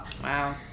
Wow